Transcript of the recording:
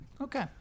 Okay